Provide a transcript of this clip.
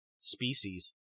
species